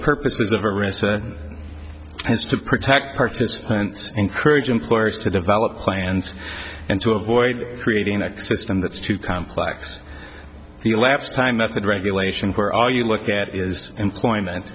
purposes of a risk is to protect participants encourage employees to develop plans and to avoid creating a system that's too complex elapsed time method regulation where all you look at is employment